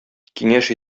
киңәш